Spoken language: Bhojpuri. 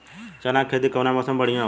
चना के खेती कउना मौसम मे बढ़ियां होला?